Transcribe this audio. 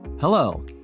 Hello